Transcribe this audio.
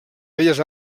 belles